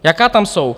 Jaká tam jsou?